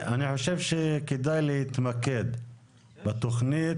אני חושב שכדאי להתמקד בתכנית.